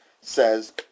says